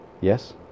Yes